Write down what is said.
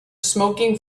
smoking